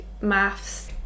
maths